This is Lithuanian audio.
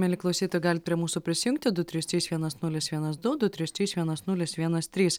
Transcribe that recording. mieli klausytojai galit prie mūsų prisijungti du trys trys vienas nulis vienas du du trys trys vienas nulis vienas trys